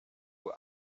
were